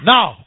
Now